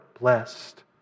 blessed